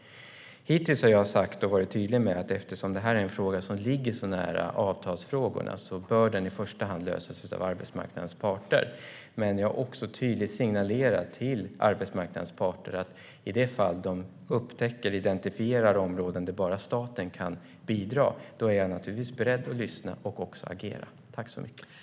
Hittills har jag varit tydlig med att denna fråga, eftersom den ligger så nära avtalsfrågorna, i första bör hand lösas av arbetsmarknadens parter. Jag har dock också tydligt signalerat till arbetsmarknadens parter att jag naturligtvis är beredd att lyssna och även agera i det fall de upptäcker eller identifierar områden där bara staten kan bidra.